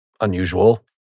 unusual